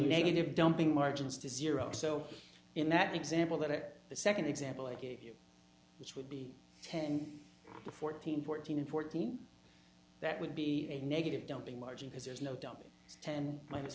negative dumping margins to zero so in that example that the second example i gave you which would be ten fourteen fourteen and fourteen that would be a negative don't be margin because there's no dumping ten min